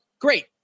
great